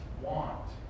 want